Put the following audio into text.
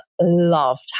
loved